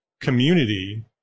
community